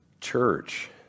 church